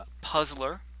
puzzler